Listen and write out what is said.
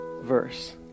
verse